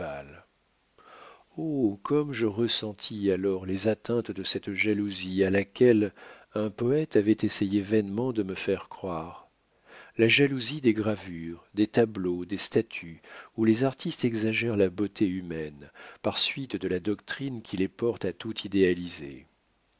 oh comme je ressentis alors les atteintes de cette jalousie à laquelle un poète avait essayé vainement de me faire croire la jalousie des gravures des tableaux des statues où les artistes exagèrent la beauté humaine par suite de la doctrine qui les porte à tout idéaliser